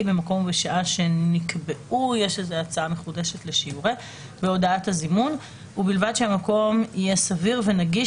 במקום ובשעה שנקבעו בהודעת הזימון ובלבד שהמקום יהיה סביר ונגיש